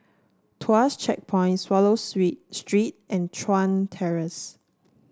Tuas Checkpoint Swallow Sweet Street and Chuan Terrace